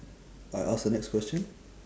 I ask the next question